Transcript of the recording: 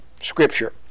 scripture